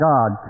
God